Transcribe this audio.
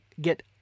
get